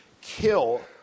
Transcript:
kill